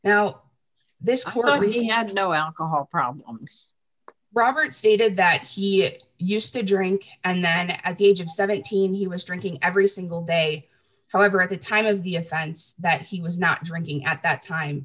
i had no alcohol problems robert stated that he used to drink and then at the age of seventeen he was drinking every single day however at the time of year found that he was not drinking at that time